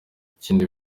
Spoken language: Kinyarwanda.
ikindi